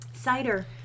Cider